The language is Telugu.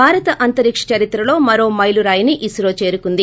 భారత అంతరిక్ష చరిత్రలో మరో మైలు రాయిని ఇస్రో చేరుకుంది